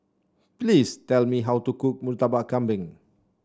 please tell me how to cook Murtabak Kambing